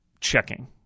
checking